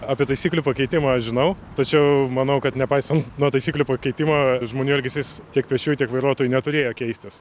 apie taisyklių pakeitimą aš žinau tačiau manau kad nepaisant nuo taisyklių pakeitimo žmonių elgesys tiek pėsčiųjų tiek vairuotojai neturėjo keistis